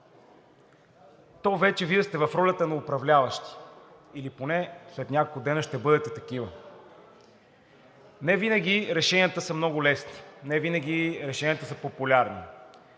то вече Вие сте в ролята на управляващи или поне след няколко дни ще бъдете такива. Невинаги решенията са много лесни, невинаги решенията са популярни